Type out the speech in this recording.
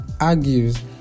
argues